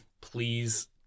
please